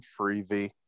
Freebie